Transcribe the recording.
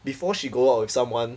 before she go out with someone